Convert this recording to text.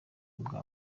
bwa